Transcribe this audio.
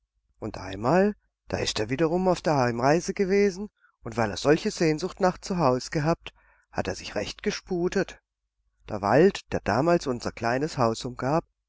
und einmal da ist er wiederum auf der heimreise gewesen und weil er solche sehnsucht nach zu hause gehabt hat er sich recht gesputet der wald der damals unser kleines haus umgab